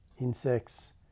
insects